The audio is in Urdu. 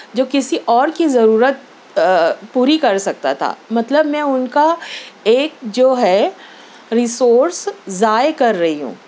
جو کسی اور کی ضرورت پوری کر سکتا تھا مطلب میں اُن کا ایک جو ہے ریسورس ضائع کر رہی ہوں